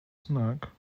znak